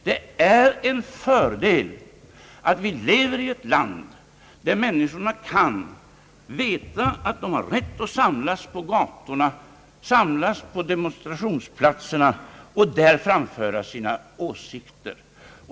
Det är en fördel att vi lever i ett land, där människorna vet att de har rätt att samlas på gatorna, samlas på demonstrationsplatserna och där framföra sina åsikter.